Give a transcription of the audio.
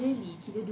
iya ke